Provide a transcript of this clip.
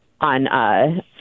on